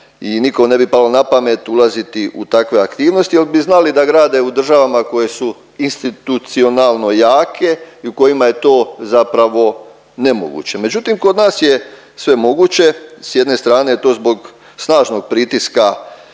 i nikom ne bi palo na pamet ulaziti u takve aktivnosti jer bi znali da grade u državama koje su institucionalno jake i u kojima je to zapravo nemoguće. Međutim kod nas je sve moguće, s jedne strane je to zbog snažnog pritiska